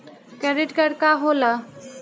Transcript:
Credit card का होला?